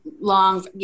long